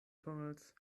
tunnels